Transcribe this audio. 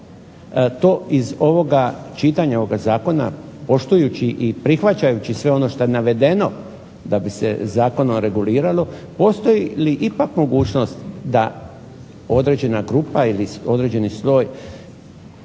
To iz čitanja ovoga zakona poštujući i prihvaćajući sve ono što je navedeno da bi se zakonom reguliralo, postoji li ipak mogućnost da određena grupa ili određeni sloj